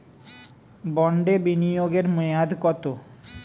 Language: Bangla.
বন্ডে বিনিয়োগ এর মেয়াদ কত?